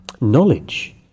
knowledge